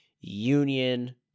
union